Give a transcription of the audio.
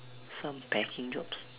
some packing jobs